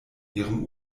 ihrem